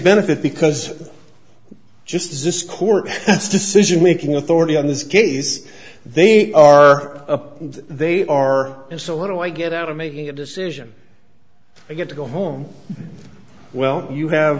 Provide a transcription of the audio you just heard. benefit because just as this court decision making authority on this case they are up and they are and so what do i get out of making a decision i get to go home well you have